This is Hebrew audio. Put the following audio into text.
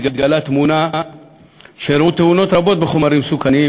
מתגלה תמונה שאירעו תאונות רבות בחומרים מסוכנים